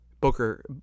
Booker